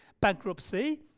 bankruptcy